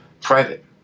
private